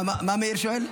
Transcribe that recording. מה מאיר שואל?